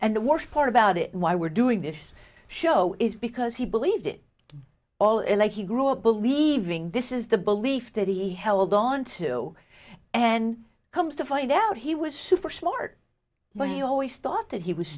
and the worst part about it why we're doing this show is because he believed it all in like he grew up believing this is the belief that he held onto and comes to find out he was super smart but he always thought that he was